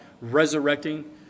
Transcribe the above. resurrecting